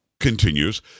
Continues